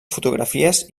fotografies